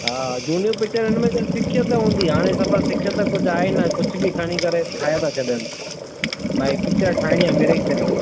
हा झूनियूं पिचरनि में त सिखियत हूंदी हाणे सफा सिखियत कुझु आहे ई न कुझु बि खणी करे ठाहे था छॾनि भाई पिचर ठाइणी आहे मिरई सिरई